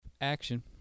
Action